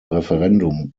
referendum